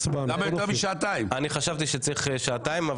חשבתי שצריך שעתיים,